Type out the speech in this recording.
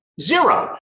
Zero